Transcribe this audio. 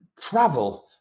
travel